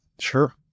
Sure